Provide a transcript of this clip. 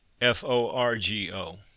F-O-R-G-O